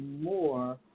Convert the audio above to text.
more